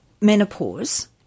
menopause